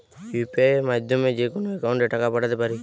UPI মাধ্যমে যেকোনো একাউন্টে টাকা পাঠাতে পারি?